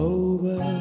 over